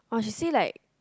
!wah! she say like